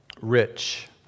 rich